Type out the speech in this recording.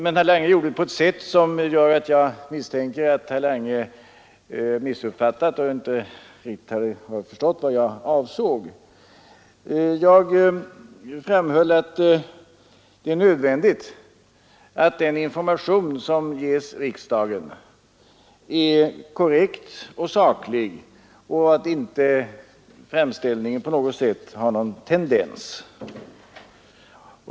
Men herr Lange uttryckte sig på ett sätt som gör att jag misstänker att han missuppfattade mig och inte förstod vad jag avsåg. Jag framhöll att det är nödvändigt att den information som ges riksdagen är korrekt och saklig och att framställningen inte har någon tendens.